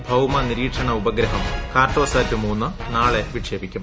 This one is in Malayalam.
യുടെ ഭൌമ നിരീക്ഷണ ഉപഗ്രഹം കാർട്ടോസാറ്റ് ദ നാളെ വിക്ഷേപിക്കും